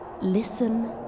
Listen